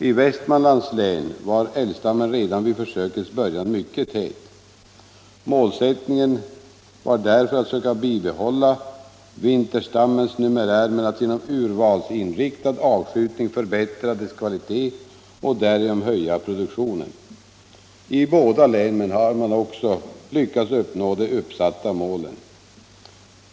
I Västmanlands län var älgstammen redan vid försökets början mycket tät. Målsättningen var därför att söka bibehålla vinterstammens numerär men att genom urvalsinriktad avskjutning förbättra dess kvalitet och därigenom höja produktionen. I båda länen har man lyckats uppnå de uppsatta målen.